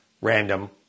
Random